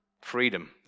freedom